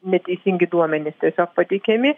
neteisingi duomenys tiesiog pateikiami